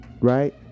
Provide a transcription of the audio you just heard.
Right